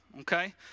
okay